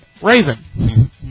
Raven